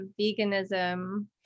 veganism